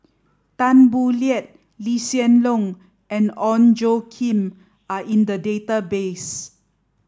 Tan Boo Liat Lee Hsien Loong and Ong Tjoe Kim are in the database